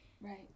right